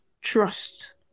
trust